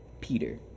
Peter